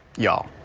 y'all,